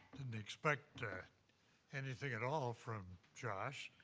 didn't expect anything at all from josh.